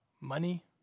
Money